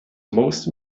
most